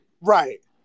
Right